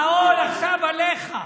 העול עכשיו עליך.